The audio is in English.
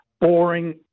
boring